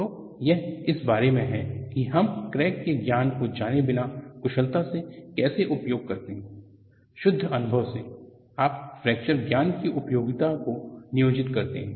तो यह इस बारे में है कि हम फ्रैक्चर के ज्ञान को जाने बिना कुशलता से कैसे उपयोग करते हैं शुद्ध अनुभव से आप फ्रैक्चर ज्ञान की उपयोगिता को नियोजित करते हैं